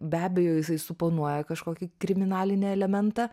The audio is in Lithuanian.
be abejo jisai suponuoja kažkokį kriminalinį elementą